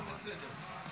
הכול בסדר.